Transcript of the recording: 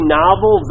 novel